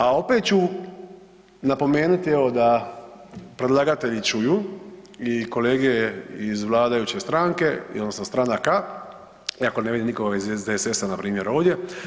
A opet ću napomenuti evo da predlagatelji čuju i kolege iz vladajuće stranke, odnosno stranaka iako ne vidim nikoga iz SDSS-a na primjer ovdje.